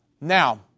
Now